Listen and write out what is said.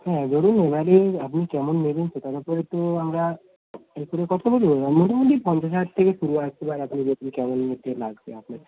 হ্যাঁ ধরুন এবারে আপনি কেমন নেবেন সেটার উপরে তো আমরা এ করে কথা বলব মোটামুটি পঞ্চাশ হাজার থেকে পুরো আসতে পারে আপনি কেমন নিতে লাগবে আপনার